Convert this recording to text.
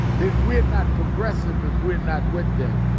then we're not progressive if we're not with them.